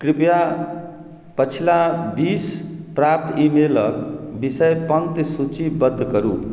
कृपया पछिला बीस प्राप्त ई मेलक विषय पंक्ति सूचीबद्ध करू